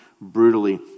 brutally